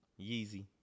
Yeezy